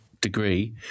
degree